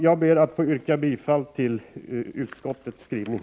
Jag ber att få yrka bifall till hemställan i utskottets skrivning.